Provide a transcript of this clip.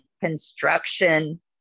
construction